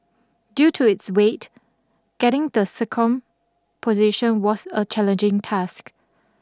due to its weight getting the sacrum positioned was a challenging task